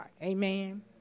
Amen